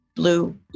blue